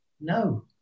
No